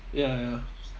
ya ya